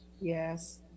yes